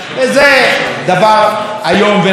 כמה מילים, ברשותך, אדוני היושב-ראש.